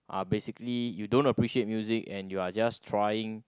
are basically you don't appreciate music and you are just trying